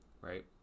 Right